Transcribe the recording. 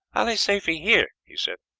allee safee here, he said,